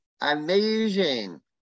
amazing